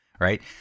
right